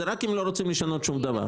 זה רק אם לא רוצים לשנות שום דבר.